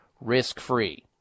risk-free